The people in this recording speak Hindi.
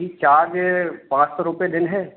जी चार्ज पाँच सौ रुपये देने हैं